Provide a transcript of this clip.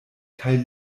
kaj